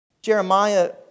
Jeremiah